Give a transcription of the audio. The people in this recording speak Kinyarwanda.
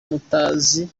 mutazi